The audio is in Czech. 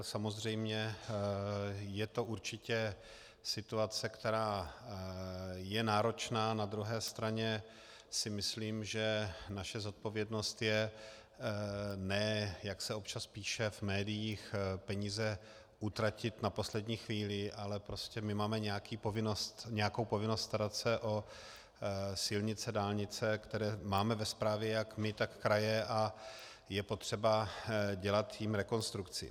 Samozřejmě je to určitě situace, která je náročná, na druhé straně si myslím, že naše zodpovědnost je, ne jak se občas píše v médiích, peníze utratit na poslední chvíli, ale prostě my máme nějakou povinnost starat se o silnice, dálnice, které máme ve správě jak my, tak kraje, a je potřeba jim dělat rekonstrukci.